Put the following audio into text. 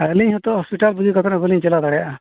ᱟᱨ ᱟᱹᱞᱤᱧ ᱦᱚᱸᱛᱚ ᱦᱚᱥᱯᱤᱴᱟᱞ ᱵᱟᱹᱞᱤᱧ ᱪᱟᱞᱟᱣ ᱫᱟᱲᱮᱭᱟᱜᱼᱟ